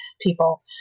people